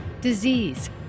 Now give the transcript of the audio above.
disease